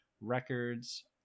Records